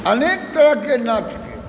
अनेक तरहके नाचके